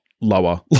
lower